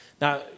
Now